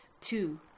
two